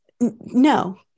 No